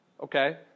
okay